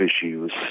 issues